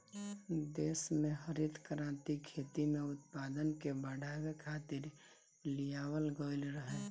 देस में हरित क्रांति खेती में उत्पादन के बढ़ावे खातिर लियावल गईल रहे